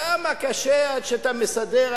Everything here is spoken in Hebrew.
כמה קשה עד שאתה מסדר,